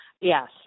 Yes